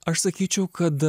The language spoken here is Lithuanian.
aš sakyčiau kad